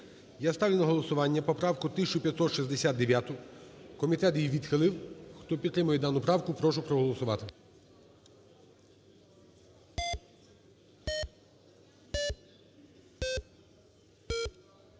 Я ставлю на голосування поправку 1569. Комітет її відхилив. Хто підтримує дану правку, прошу проголосувати.